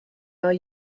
are